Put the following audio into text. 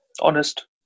honest